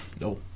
no